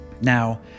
Now